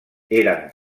eren